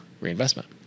reinvestment